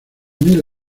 miel